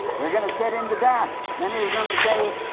they are going to sit in the dust. many are going to say,